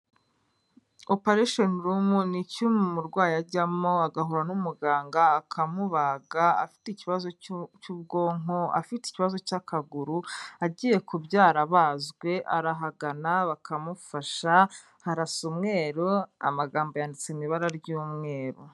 Oparesheni rumu. Ni icyumba umurwayi ajyamo. agahura n'umuganga akamubaga, afite ikibazo cy'ubwonko, afite ikibazo cy'akaguru, agiye kubyara abazwe arahagana bakamufasha harasa umweru amagambo yanditse mu ibara ry'umweru.